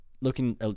looking